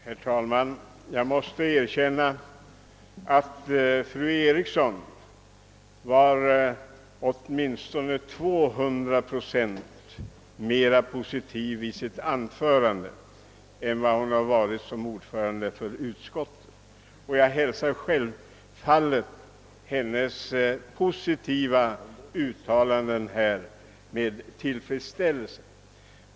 Herr talman! Jag måste erkänna att fru Eriksson i Stockholm var åtminstone 200 procent mer positiv i sitt anförande än vad hon var som ordförande 1 utskottet. Jag hälsar självfallet hennes positiva uttalande med tillfredsställelse.